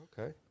Okay